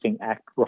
act